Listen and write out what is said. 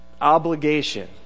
obligation